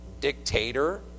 dictator